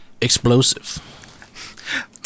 explosive